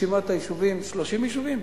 רשימת היישובים, 30 יישובים?